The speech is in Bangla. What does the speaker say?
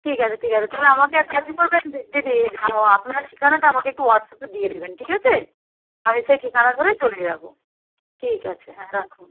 ঠিক আছে ঠিক আছে তবে আমাকে একটা জি করবেন যে দিদি তো আপনার ঠিকানাটা আমাকে একটু হোয়াটসঅ্যাপে দিয়ে দেবেন ঠিক আছে আমি সেই ঠিকানা ধরে চলে যাবো ঠিক আছে হ্যাঁ রাখুন